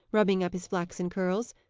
rubbing up his flaxen curls.